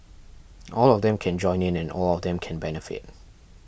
all of them can join in and all of them can benefit